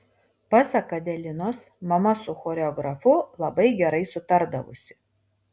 pasak adelinos mama su choreografu labai gerai sutardavusi